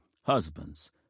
Husbands